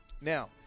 Now